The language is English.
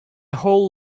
whole